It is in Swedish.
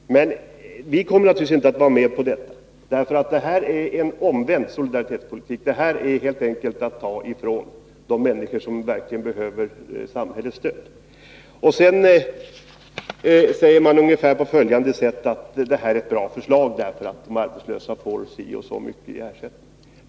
Men vi kommer naturligtvis inte att vara med på det som föreslagits — det är en omvänd solidarisk politik. Man tar helt enkelt inte hand om de människor som verkligen behöver samhällets stöd. Sedan sägs att detta är ett bra förslag därför att de arbetslösa får si och så mycket i ersättning.